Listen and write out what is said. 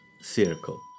circle